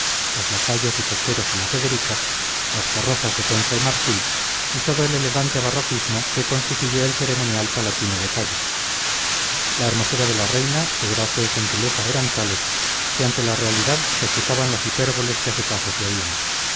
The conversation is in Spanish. los lacayos y cocheros a la federica las carrozas de concha y marfil y todo el elegante barroquismo que constituye el ceremonial palatino de calle la hermosura de la reina su gracia y gentileza eran tales que ante la realidad se achicaban las hipérboles que a su paso se oían